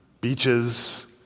beaches